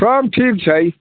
सब ठीक छै